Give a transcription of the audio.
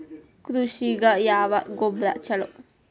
ಕೃಷಿಗ ಯಾವ ಗೊಬ್ರಾ ಛಲೋ?